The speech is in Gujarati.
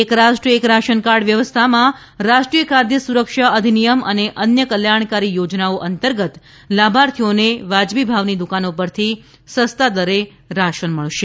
એક રાષ્ટ્ર એક રાશન કાર્ડ વ્યવસ્થામાં રાષ્ટ્રીય ખાદ્ય સુરક્ષા અધિનિયમ અને અન્ય કલ્યાણકારી યોજનાઓ અંતર્ગત લાભાર્થીઓને વાજબી ભાવની દુકાનો પરથી સસ્તા દરે રાશન મળશે